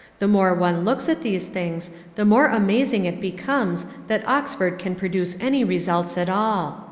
the more one looks at these things the more amazing it becomes that oxford can produce any results at all.